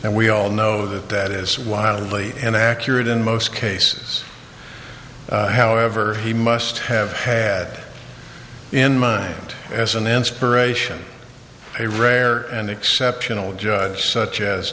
and we all know that that is wildly inaccurate in most cases however he must have had in mind as an inspiration a rare and exceptional judge such as